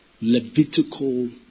Levitical